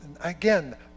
Again